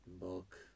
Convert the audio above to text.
bulk